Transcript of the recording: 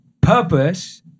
Purpose